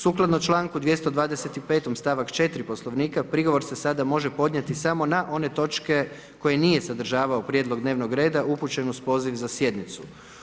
Sukladno čl. 225., st. 4. Poslovnika prigovor se sada može podnijeti samo na one točke koje nije sadržavao prijedlog dnevnog reda upućen uz poziv za sjednicu.